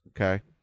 Okay